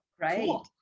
right